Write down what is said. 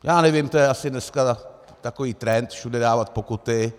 Já nevím, to je asi dneska takový trend všude dávat pokuty.